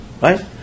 right